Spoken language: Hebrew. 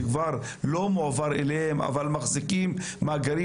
שכבר לא מועבר אליהן מידע אבל הן עדיין מחזיקות מאגרים,